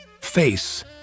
Face